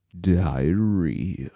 diarrhea